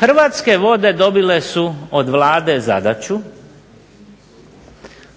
Hrvatske vode dobile su od Vlade zadaću